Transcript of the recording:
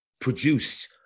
produced